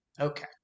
Okay